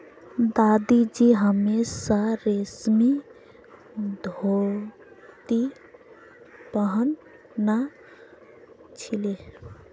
दादाजी हमेशा रेशमी धोती पह न छिले